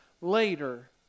later